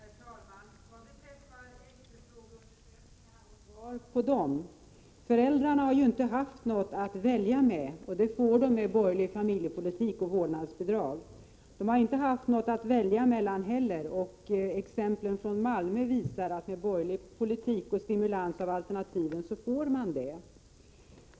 Herr talman! Vad beträffar efterfrågeundersökningarna och svaret på frågorna i dem vill jag säga att föräldrarna ju inte har haft något att välja med — det får de med borgerlig familjepolitik och vårdnadsbidrag. De har inte heller haft något att välja mellan. Exemplen från Malmö visar att med borgerlig politik och stimulans av alternativen får de det.